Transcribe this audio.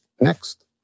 next